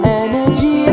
energy